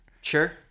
Sure